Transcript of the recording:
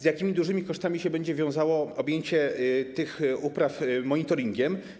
Z jakimi dużymi kosztami będzie wiązało się objęcie tych upraw monitoringiem?